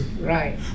right